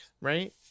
right